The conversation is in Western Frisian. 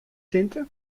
tinte